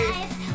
Life